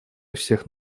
всех